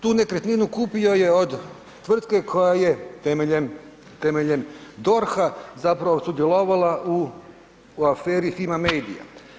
Tu nekretninu kupio je od tvrtke koja je temeljem DORH-a zapravo sudjelovala u aferi Fimi medija.